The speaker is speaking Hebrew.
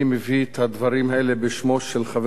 אני מביא את הדברים האלה בשמו של חבר